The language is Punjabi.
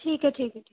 ਠੀਕ ਹੈ ਠੀਕ ਹੈ ਠੀਕ